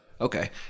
Okay